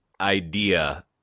idea